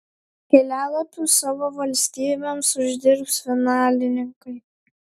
kelialapius savo valstybėms uždirbs finalininkai